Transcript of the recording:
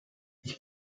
ich